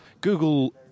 Google